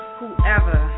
whoever